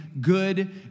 good